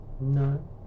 No